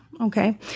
Okay